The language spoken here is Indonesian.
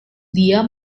dia